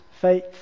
faith